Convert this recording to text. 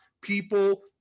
people